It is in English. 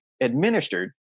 administered